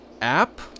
app